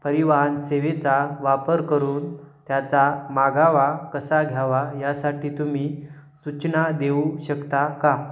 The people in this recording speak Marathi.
परिवहन सेवेचा वापर करून त्याचा माघावा कसा घ्यावा यासाठी तुम्ही सूचना देऊ शकता का